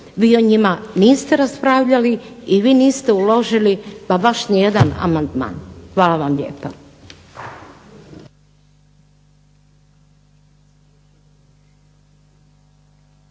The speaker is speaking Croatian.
vi o njima niste raspravljali i vi niste uložili pa baš nijedan amandman. Hvala vam lijepa.